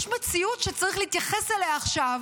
יש מציאות שצריך להתייחס אליה עכשיו.